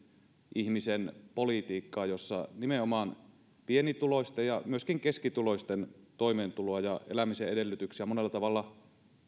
ihmisen politiikkaa jossa nimenomaan pienituloisten ja myöskin keskituloisten toimeentuloa ja elämisen edellytyksiä monella tavalla